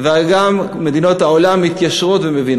יש לו פה נאום מסודר, למה להתערב לו בדברים?